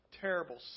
terrible